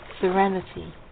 serenity